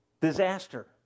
disaster